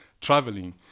traveling